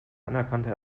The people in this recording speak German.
anerkannte